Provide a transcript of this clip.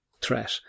threat